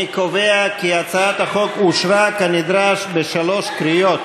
אני קובע כי הצעת החוק אושרה כנדרש בשלוש קריאות.